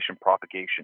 propagation